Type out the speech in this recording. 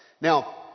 Now